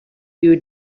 you